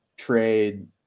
trade